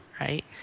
right